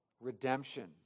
redemption